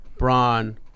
Braun